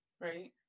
Right